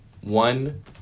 one